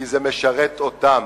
כי זה משרת אותם.